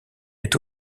est